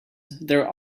there